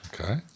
Okay